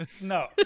No